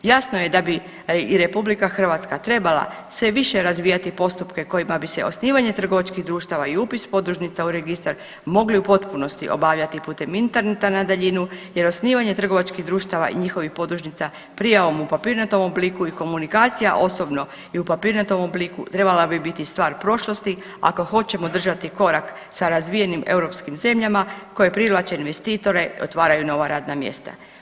Jasno je da bi i Republika Hrvatska trebala sve više razvijati postupke kojima bi se osnivanje trgovačkih društava i upis podružnica u registar mogli u potpunosti obavljati putem Interneta na daljinu, jer osnivanje trgovačkih društava i njihovih podružnica prijavom u papirnatom obliku i komunikacija osobno i u papirnatom obliku trebala bi biti stvar prošlosti ako hoćemo držati korak sa razvijenim europskim zemljama koje privlače investitore, otvaraju nova radna mjesta.